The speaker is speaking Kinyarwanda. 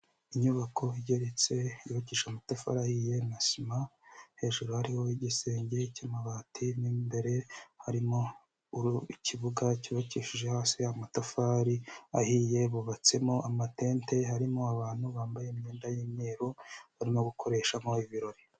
Inyubako igereretse yubakisha amatafari ahiye na sima, hejuru hariho igisenge cy'amabati, mo imbere harimo ikibuga cyubakishije hasi amatafari ahiye, bubatsemo amatente, harimo abantu bambaye imyenda y'imyeru barimo gukoreshamo ibirori.